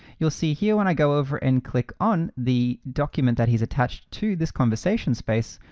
you'll see here when i go over and click on the document that he's attached to this conversation space,